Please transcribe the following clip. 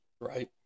right